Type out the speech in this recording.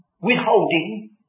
withholding